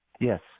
Yes